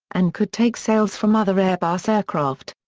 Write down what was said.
and could take sales from other airbus aircraft.